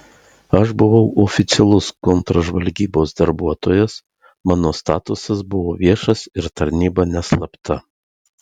aš buvau oficialus kontržvalgybos darbuotojas mano statusas buvo viešas ir tarnyba neslapta